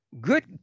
Good